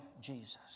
Jesus